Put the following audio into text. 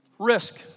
Risk